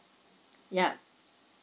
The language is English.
yup